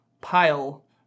pile